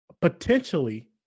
Potentially